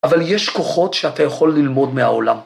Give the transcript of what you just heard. ‫אבל יש כוחות שאתה יכול ללמוד ‫מהעולם.